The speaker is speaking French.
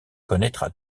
connaîtra